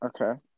Okay